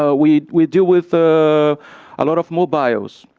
ah we we deal with ah a lot of mobiles.